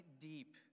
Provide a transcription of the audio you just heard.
deep